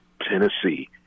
Tennessee